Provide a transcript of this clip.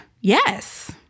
yes